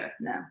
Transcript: No